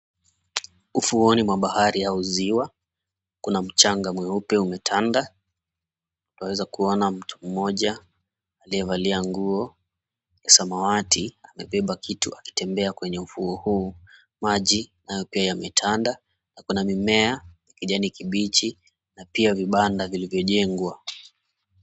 Ufuoni mwa bahari au ziwa. Kuna mchanga mweupe umetanda. Twaweza kuona mtu mmoja aliyevalia nguo ya samawati, amebeba kitu alitembea kwenye ufuo huu. Maji nayo pia yametanda na kuna mimea kijani kibichi na pia vibanda vilivyojengwa.